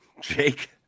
Jake